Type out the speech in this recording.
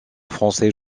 français